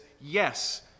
yes